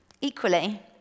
Equally